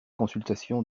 consultation